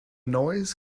noise